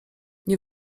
nie